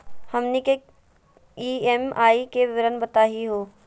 हमनी के ई.एम.आई के विवरण बताही हो?